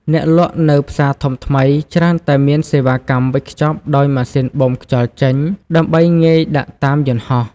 អ្នកលក់នៅផ្សារធំថ្មីច្រើនតែមានសេវាកម្មវេចខ្ចប់ដោយម៉ាស៊ីនបូមខ្យល់ចេញ ដើម្បីងាយដាក់តាមយន្តហោះ។